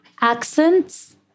accents